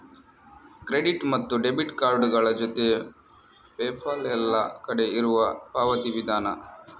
credit ಮತ್ತು debit ಕಾರ್ಡುಗಳ ಜೊತೆಗೆ ಪೇಪಾಲ್ ಎಲ್ಲ ಕಡೆ ಇರುವ ಪಾವತಿ ವಿಧಾನ